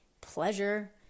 pleasure